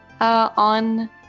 on